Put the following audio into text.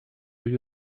you